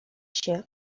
się